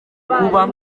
kuba